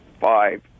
five